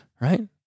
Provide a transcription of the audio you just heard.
Right